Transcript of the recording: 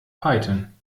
python